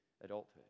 adulthood